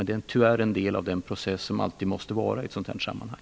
Det är oundvikligt inslag i den process som förekommer i ett sådant här sammanhang.